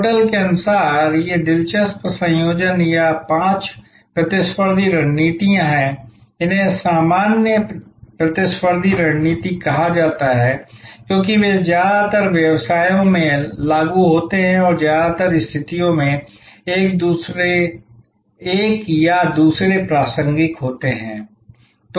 porter के अनुसार ये दिलचस्प संयोजन या पांच प्रतिस्पर्धी रणनीतियां हैं इन्हें सामान्य प्रतिस्पर्धी रणनीति कहा जाता है क्योंकि वे ज्यादातर व्यवसायों में लागू होते हैं और ज्यादातर स्थितियों में एक या दूसरे प्रासंगिक होंगे